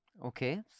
Okay